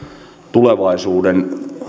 tulevaisuuden